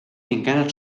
encara